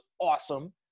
awesome